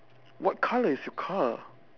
what colour is your car